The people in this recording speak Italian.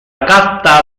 carta